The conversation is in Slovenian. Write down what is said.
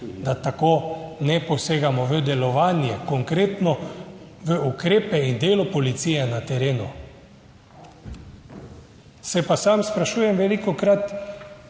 da tako ne posegamo v delovanje, konkretno v ukrepe in delo policije na terenu? Se pa sam sprašujem velikokrat,